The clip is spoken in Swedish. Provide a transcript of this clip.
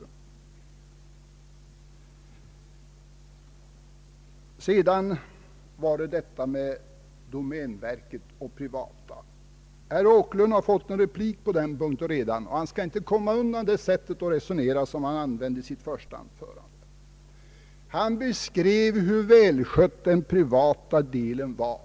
Herr Åkerlund beskrev hur välskött den privata delen av skogen var